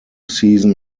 season